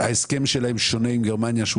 ההסכם שלהם עם גרמניה שונה,